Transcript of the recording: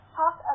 talk